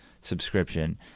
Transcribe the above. subscription